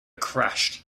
crashed